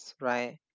right